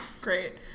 great